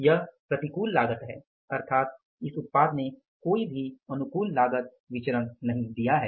यह प्रतिकूल लागत है अर्थात इस उत्पाद ने कोई अनुकूल लागत विचरण नहीं दिया है